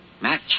Match